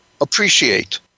appreciate